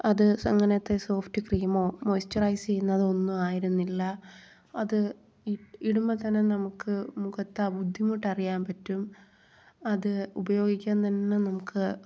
അത് സ് അങ്ങനത്തെ സോഫ്റ്റ് ക്രീമോ മോയ്സ്റ്ററൈയ്സ് ചെയ്യുന്നതോ ഒന്നും ആയിരുന്നില്ല അത് ഇടുമ്പോൾ തന്നെ നമുക്ക് മുഖത്ത് ആ ബുദ്ധിമുട്ട് അറിയാൻ പറ്റും അത് ഉപയോഗിക്കാൻ തന്നെ നമുക്ക്